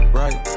right